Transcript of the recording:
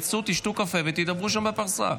תצאו, תשתו קפה ותדברו שם בפרסה.